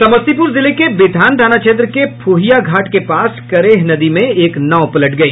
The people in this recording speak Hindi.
समस्तीपूर जिले के बिथान थाना क्षेत्र के फ्हिया घाट के पास करेह नदी में एक नाव पलट गई